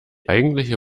eigentliche